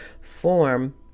form